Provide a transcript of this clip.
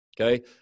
okay